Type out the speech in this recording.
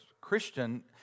Christian